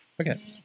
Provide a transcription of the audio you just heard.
okay